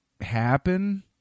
happen